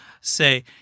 say